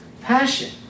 passion